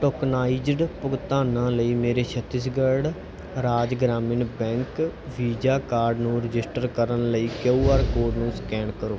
tokenized ਭੁਗਤਾਨਾਂ ਲਈ ਮੇਰੇ Chhattisgarh Raj Gramin bank Visa card ਨੂੰ ਰਜਿਸਟਰ ਕਰਨ ਲਈ ਕਿਊ ਆਰ ਕੋਡ ਨੂੰ ਸਕੈਨ ਕਰੋ